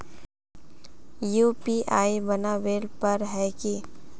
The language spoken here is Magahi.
यु.पी.आई बनावेल पर है की?